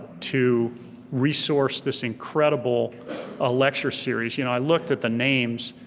to resource this incredible ah lecture series. you know i looked at the names,